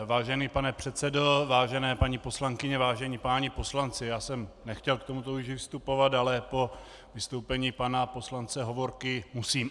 Vážený pane předsedo, vážené paní poslankyně, vážení páni poslanci, já jsem nechtěl k tomuto už vystupovat, ale po vystoupení pana poslance Hovorky musím.